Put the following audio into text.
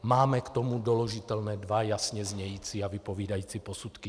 Máme k tomu doložitelné dva jasně znějící a vypovídající posudky.